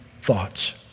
thoughts